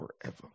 forever